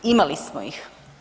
Imali smo ih.